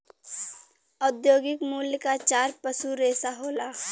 औद्योगिक मूल्य क चार पसू रेसा होला